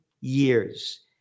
years